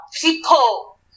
People